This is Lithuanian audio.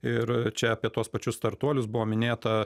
ir čia apie tuos pačius startuolius buvo minėta